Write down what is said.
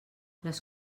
les